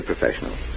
professional